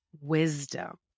wisdom